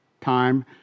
time